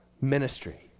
ministry